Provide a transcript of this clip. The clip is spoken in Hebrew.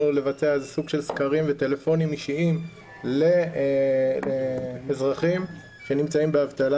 לבצע סוג של סקרים וטלפונים אישיים לאזרחים שנמצאים באבטלה